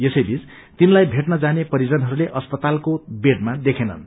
यसैबीच तिनलाई भेटन जाने परिजनहरूले अस्पतालको वेडमा देखेनन्